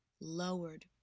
lowered